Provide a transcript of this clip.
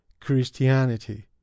christianity